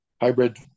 hybrid